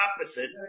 opposite